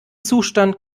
zustand